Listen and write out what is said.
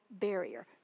barrier